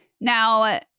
Now